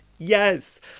Yes